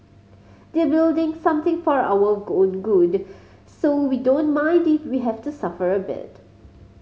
they're building something for our own good so we don't mind if we have to suffer a bit